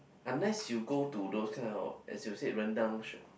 unless you go to those kind of as you say rendang shop